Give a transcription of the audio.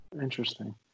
Interesting